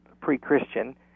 pre-Christian